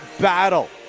battle